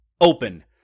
open